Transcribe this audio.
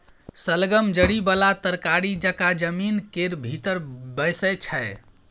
शलगम जरि बला तरकारी जकाँ जमीन केर भीतर बैसै छै